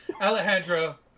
Alejandro